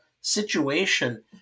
situation